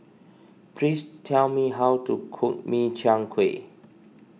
please tell me how to cook Min Chiang Kueh